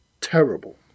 terrible